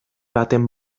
baten